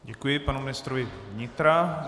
Děkuji panu ministrovi vnitra.